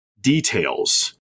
details